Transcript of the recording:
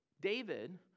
David